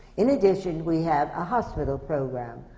in addition, we have a hospital program,